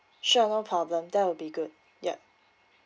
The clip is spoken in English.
sure no problem that would be good ya